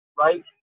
Right